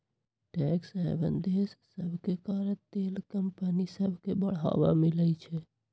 tax haven देश सभके कारण तेल कंपनि सभके बढ़वा मिलइ छै